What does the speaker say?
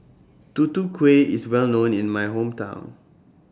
Tutu Kueh IS Well known in My Hometown